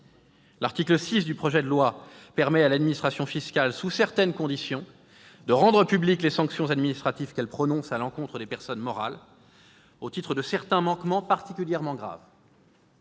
L'article 6 du projet de loi permet à l'administration fiscale, sous certaines conditions, de rendre publiques les sanctions administratives qu'elle prononce à l'encontre des personnes morales, au titre de certains manquements particulièrement graves.